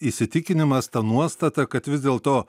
įsitikinimas ta nuostata kad vis dėl to